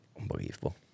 Unbelievable